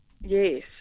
Yes